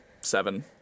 seven